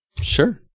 Sure